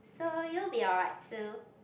so you'll be alright too